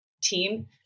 team